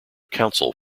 council